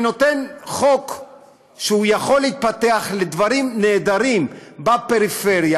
אני נותן חוק שיכול להתפתח לדברים נהדרים בפריפריה,